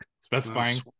specifying